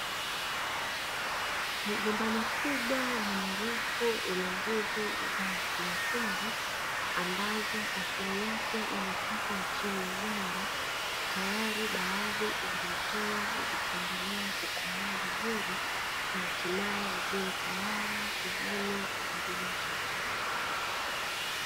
Migomba mikubwa na mirefu yenye ndizi nyekundu ambazo asili yake inatoka nchini Uganda, tayari baadhi zimetoa zikiendelea kukomaa vizuri na hatimae ziwe tayari kuvunwa kwa ajili ya chakula.